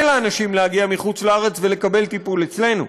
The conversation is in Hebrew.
לאנשים להגיע מחוץ-לארץ ולקבל טיפול אצלנו,